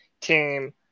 team